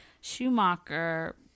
Schumacher